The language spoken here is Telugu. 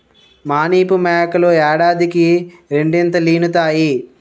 మానిపు మేకలు ఏడాదికి రెండీతలీనుతాయి